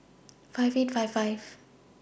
five eight five five